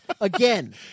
Again